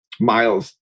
miles